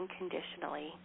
unconditionally